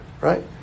right